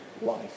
life